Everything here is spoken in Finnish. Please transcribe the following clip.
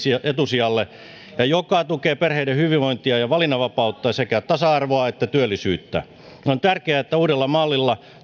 etusijalle ja joka tukee perheiden hyvinvointia ja valinnanvapautta sekä tasa arvoa ja työllisyyttä on tärkeää että uudella mallilla